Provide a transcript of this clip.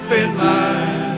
Finland